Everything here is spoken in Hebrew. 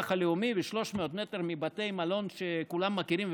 הלאומי ו-300 מטר מבתי מלון שכולם מכירים,